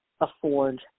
afford